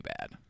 bad